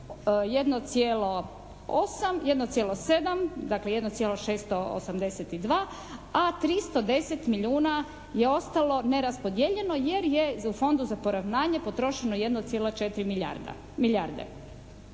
1,8, 1,7, dakle, 1,682 a 310 milijuna je ostalo neraspodijeljeno jer je u Fondu za poravnanje potrošeno 1,4 milijarde.